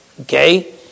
okay